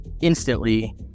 instantly